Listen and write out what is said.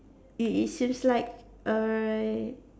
it is seems like err